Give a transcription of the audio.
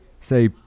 say